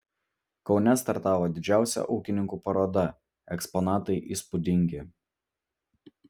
kaune startavo didžiausia ūkininkų paroda eksponatai įspūdingi